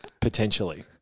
potentially